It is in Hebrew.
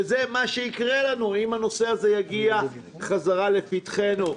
וזה מה שיקרה לנו אם הנושא הזה יגיע חזרה לפתחנו,